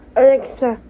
alexa